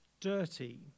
dirty